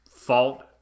Fault